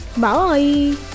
Bye